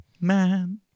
man